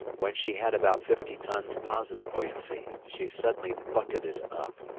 when she had about fifty tons positive buoyancy she suddenly bucketed up,